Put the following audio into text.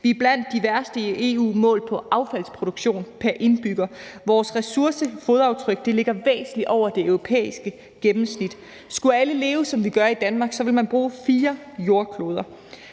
Vi er blandt de værste i EU målt på affaldsproduktion pr. indbygger. Vores ressourcefodaftryk ligger væsentligt over det europæiske gennemsnit. Skulle alle leve, som vi gør i Danmark, ville man bruge fire jordkloder.